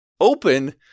open